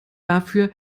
dafür